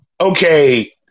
okay